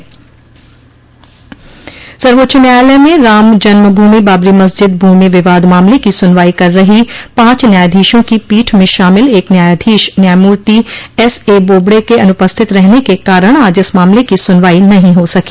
सर्वोच्च न्यायालय में रामजन्म भूमि बाबरी मस्जिद भूमि विवाद मामले की सुनवाई कर रही पांच न्यायाधीशों की पीठ में शामिल एक न्यायाधीश न्यायमूर्ति एस ए बोबड़े के अनुपस्थित रहने के कारण आज इस मामले की सुनवाई नहीं हो सकी